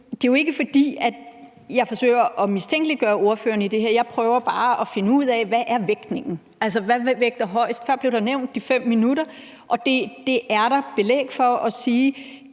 Det er jo ikke, fordi jeg forsøger at mistænkeliggøre ordføreren i forhold til det her. Jeg prøver bare at finde ud af, hvordan vægtningen er, altså hvad der vægter højest. Før blev det med de 5 minutter nævnt, og det er der belæg for at sige.